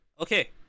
Okay